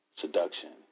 Seduction